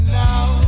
now